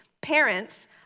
parents